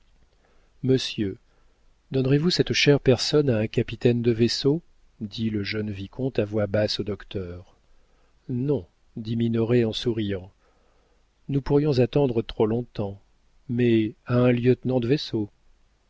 monsieur donnerez-vous cette chère personne à un capitaine de vaisseau dit le jeune vicomte à voix basse au docteur non dit minoret en souriant nous pourrions attendre trop long-temps mais à un lieutenant de vaisseau